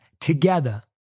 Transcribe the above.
together